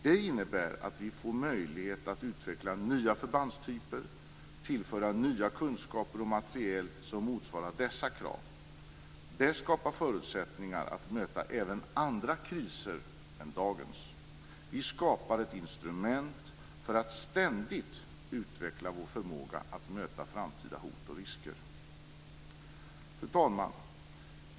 Det innebär att vi får möjlighet att utveckla nya förbandstyper och att tillföra nya kunskaper och materiel som motsvarar dessa krav. Det skapar förutsättningar att möta även andra kriser än dagens. Vi skapar ett instrument för att ständigt utveckla vår förmåga att möta framtida hot och risker. Fru talman!